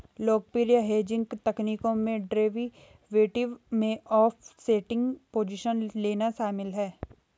लोकप्रिय हेजिंग तकनीकों में डेरिवेटिव में ऑफसेटिंग पोजीशन लेना शामिल है